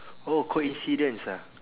oh coincidence ah